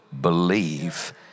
believe